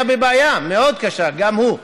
היה בבעיה מאוד קשה גם הוא.